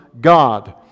God